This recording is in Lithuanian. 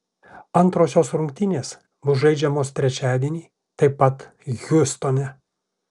antrosios rungtynės bus žaidžiamos trečiadienį taip pat hjustone